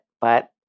but-